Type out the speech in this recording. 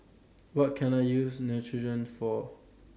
What Can I use Neutrogena For